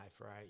right